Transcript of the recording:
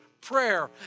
prayer